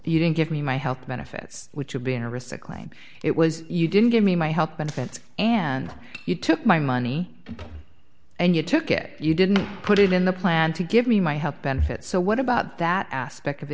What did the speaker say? you don't give me my health benefits which are being aristocles it was you didn't give me my health benefits and you took my money and you took it you didn't put it in the plan to give me my health benefits so what about that aspect of